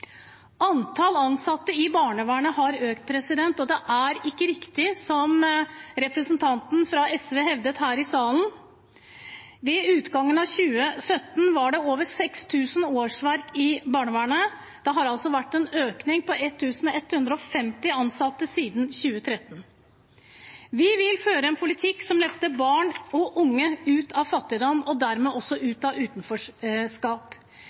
Antallet ansatte i barnevernet har økt, og det er ikke riktig det som representanten fra SV hevdet her i salen. Ved utgangen av 2017 var det over 6 000 årsverk i barnevernet. Det har altså vært en økning på 1 150 ansatte siden 2013. Vi vil føre en politikk som løfter barn og unge ut av fattigdom, og dermed også